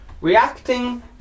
Reacting